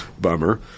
bummer